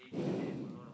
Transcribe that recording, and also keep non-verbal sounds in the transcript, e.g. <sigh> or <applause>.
<breath>